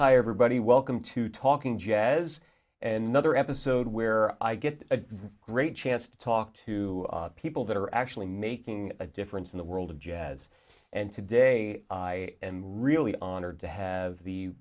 if i ever buddy welcome to talking jazz and other episode where i get a great chance to talk to people that are actually making a difference in the world of jazz and today i am really honored to have the